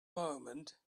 moment